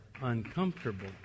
uncomfortable